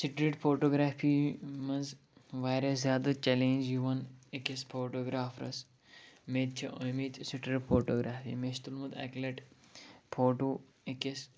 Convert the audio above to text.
street photography منٛز واریاہ زیادٕ چَلینج یِوان أکِس فوٹوگرافرَس مےٚ تہِ چھِ ٲمٕتۍ سِٹریٖٹ فوٹوگرافی مےٚ چھُ تُلمُت اَکہِ لَٹہِ فوٹوٗ أکِس